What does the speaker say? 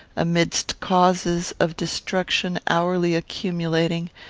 amidst causes of destruction hourly accumulating,